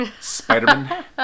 spider-man